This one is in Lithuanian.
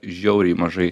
žiauriai mažai